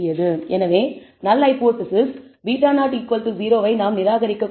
எனவே null hypothesis β0 0 வை நாம் நிராகரிக்கக்கூடாது